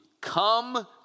come